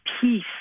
peace